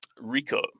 Rico